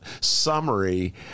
summary